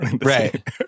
Right